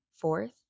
fourth